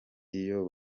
iyo